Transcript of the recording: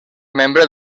membre